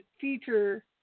feature